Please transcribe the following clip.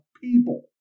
people